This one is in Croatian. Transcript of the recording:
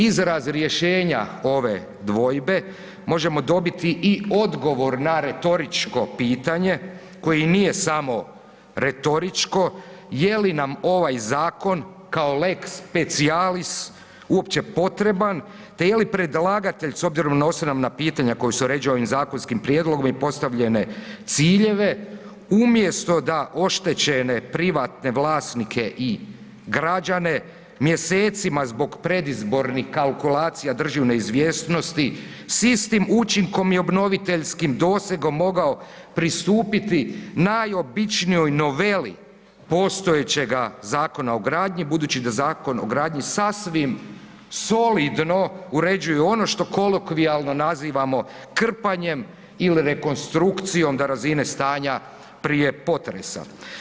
Izraz rješenja ove dvojbe možemo dobiti i odgovor na retoričko pitanje koje nije samo retoričko, je li nam ovaj zakon kao lex spacialis uopće potreban, te je li predlagatelj s obzirom na osnovna pitanja koja se uređuju ovim zakonskim prijedlogom i postavljene ciljeve, umjesto da oštećene privatne vlasnike i građane mjesecima zbog predizbornih kalkulacija drži u neizvjesnosti s istim učinkom i obnoviteljskim dosegom mogao pristupiti najobičnijoj noveli postojećega Zakona o gradnji, budući da Zakon o gradnji sasvim solidno uređuje ono što kolokvijalno nazivamo krpanjem ili rekonstrukcijom do razine stanja prije potresa?